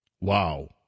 Wow